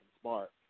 smart